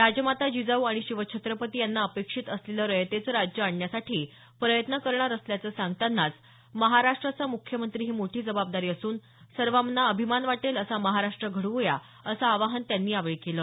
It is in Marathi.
राजमाता जिजाऊ आणि शिवछत्रपती यांना अपेक्षित असलेलं रयतेचं राज्य आणण्यासाठी प्रयत्न करणार असल्याचं सांगतानाच महाराष्ट्राचा मुख्यमंत्री ही मोठी जबाबदारी असून सर्वांना अभिमान वाटेल असा महाराष्ट्र घडवू या असं आवाहन त्यांनी यावेळी केलं